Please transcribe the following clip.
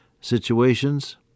situations